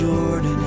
Jordan